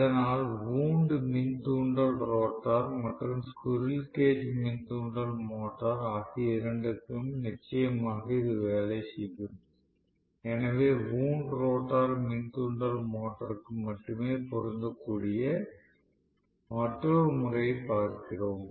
இதனால் வூண்ட் மின் தூண்டல் மோட்டார் மற்றும் ஸ்குரில் கேஜ் மின் தூண்டல் மோட்டார் ஆகிய இரண்டிற்கும் நிச்சயமாக இது வேலை செய்யும் எனவே வூண்ட் ரோட்டார் மின் தூண்டல் மோட்டருக்கு மட்டுமே பொருந்தக்கூடிய மற்றொரு முறையைப் பார்க்கிறோம்